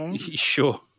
Sure